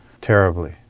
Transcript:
terribly